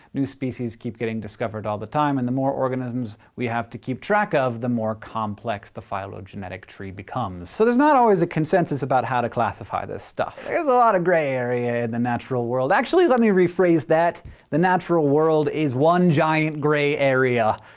new species keep getting discovered all the time, and the more organisms we have to keep track of, the more complex the phylogenetic tree becomes. so, there's not always a consensus about how to classify this stuff. there's a lot of gray area in the natural world. actually, let me rephrase that the natural world is one giant gray area.